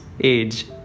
age